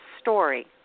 story